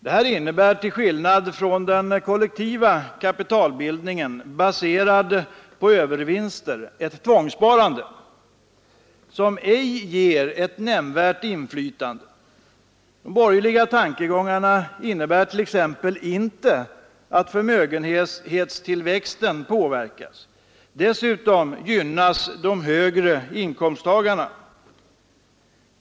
Detta innebär — till skillnad från den kollektiva kapitalbildningen, baserad på övervinster — ett tvångssparande, som ej ger ett nämnvärt inflytande. De borgerliga tankegångarna innebär t.ex. inte att förmögenhetstillväxten påverkas. Dessutom gynnas de högre inkomsttagarna.